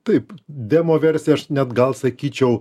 taip demoversija aš net gal sakyčiau